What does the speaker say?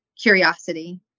curiosity